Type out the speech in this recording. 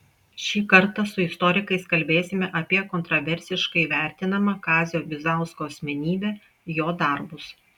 šį kartą su istorikais kalbėsime apie kontraversiškai vertinamą kazio bizausko asmenybę jo darbus